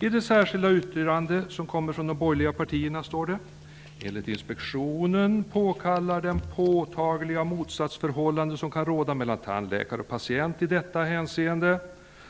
I det särskilda yttrande som kommer från de borgerliga partierna står det: ''Enligt inspektionen påkallar det påtagliga motsatsförhållande som kan råda mellan tandläkare och patient i detta hänseende